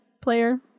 player